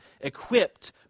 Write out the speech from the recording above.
equipped